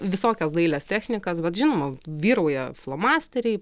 visokias dailės technikas bet žinoma vyrauja flomasteriai